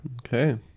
Okay